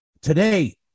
today